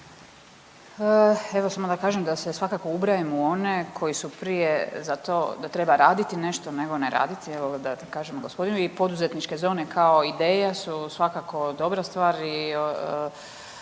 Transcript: Evo samo da kažem da se svakako ubrajam u one koji su prije za to da treba raditi nešto nego ne raditi, evo da kažem … i poduzetničke zone kao ideje su svakako dobra stvar